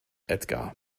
edgar